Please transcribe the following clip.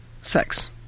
sex